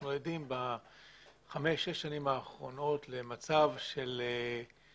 אנחנו עדים בחמש-שש שנים האחרונות למצב של קלות